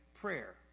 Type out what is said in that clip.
prayer